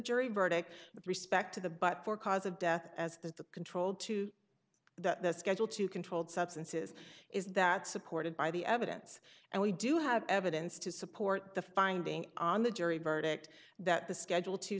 verdict with respect to the but for cause of death as the control to the schedule to controlled substance this is that supported by the evidence and we do have evidence to support the finding on the jury verdict that the schedule t